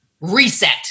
reset